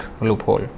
loophole